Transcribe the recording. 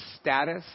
status